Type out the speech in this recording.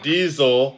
Diesel